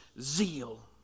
zeal